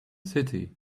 city